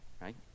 Right